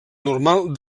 normal